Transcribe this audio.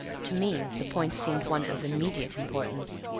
to me the point seemed one of immediate importance,